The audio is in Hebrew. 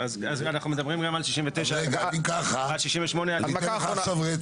אז אנחנו מדברים גם על 69. אם ככה 68 עד 72 כולל.